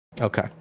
Okay